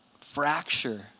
fracture